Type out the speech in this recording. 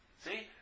See